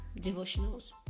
devotionals